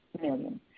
million